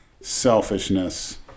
selfishness